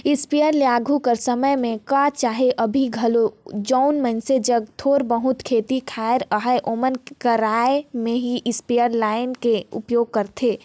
sprayer ल आघु कर समे में कह चहे अभीं घलो जउन मइनसे जग थोर बहुत खेत खाएर अहे ओमन किराया में ही इस्परे लाएन के उपयोग करथे